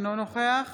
אינו נוכח